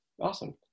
Awesome